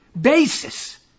basis